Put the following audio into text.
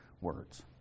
words